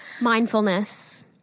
Mindfulness